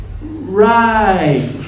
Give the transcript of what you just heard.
Right